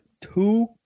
two